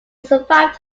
survived